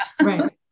Right